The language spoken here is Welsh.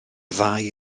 ddau